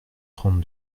trente